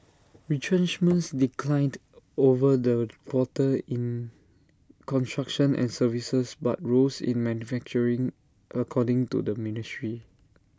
retrenchments declined over the quarter in construction and services but rose in manufacturing according to the ministry